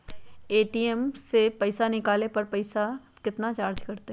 ATM से पईसा निकाले पर पईसा केतना चार्ज कटतई?